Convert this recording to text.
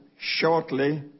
shortly